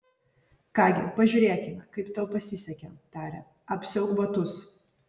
ką gi pažiūrėkime kaip tau pasisekė tarė apsiauk batus